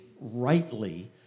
rightly